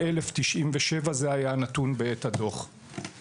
15,097 זה היה הנתון בעת הדוח.